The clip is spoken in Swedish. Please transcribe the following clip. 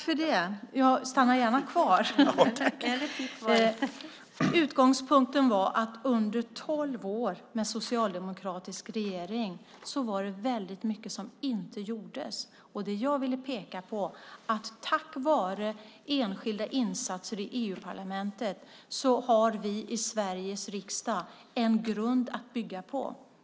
Fru talman! Utgångspunkten var att det under tolv år med socialdemokratisk regering var mycket som inte gjordes. Det jag ville peka på var att vi i Sveriges riksdag tack vare enskilda insatser i EU-parlamentet har en grund att bygga på.